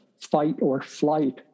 fight-or-flight